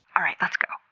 alright, let's go.